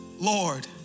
Lord